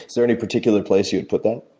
there any particular place you'd put that?